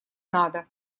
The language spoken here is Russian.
надо